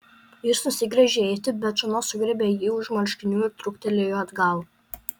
jis nusigręžė eiti bet šona sugriebė jį už marškinių ir trūktelėjo atgal